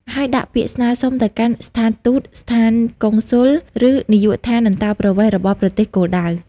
ហើយដាក់ពាក្យស្នើសុំទៅកាន់ស្ថានទូត ស្ថានកុងស៊ុល ឬនាយកដ្ឋានអន្តោប្រវេសន៍របស់ប្រទេសគោលដៅ។